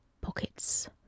pockets